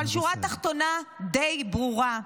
אבל השורה התחתונה די ברורה: